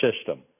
system